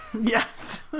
Yes